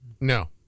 No